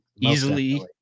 easily